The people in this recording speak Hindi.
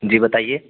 जी बताइए